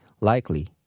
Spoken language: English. likely